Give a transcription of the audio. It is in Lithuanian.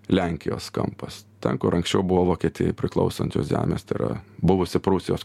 lenkijos kampas ten kur anksčiau buvo vokietijai priklausančios žemės tai yra buvusi prūsijos